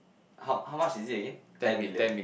how how much is it again ten million